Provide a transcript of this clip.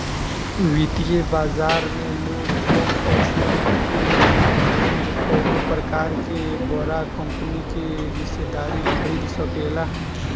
वित्तीय बाजार में लोग कम पईसा के लागत से कवनो प्रकार के बड़ा कंपनी के हिस्सेदारी खरीद सकेला